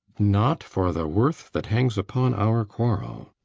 not for the worth that hangs upon our quarrel.